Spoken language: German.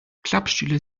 klappstühle